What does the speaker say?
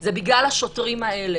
זה בגלל השוטרים האלה.